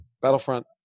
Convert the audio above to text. Battlefront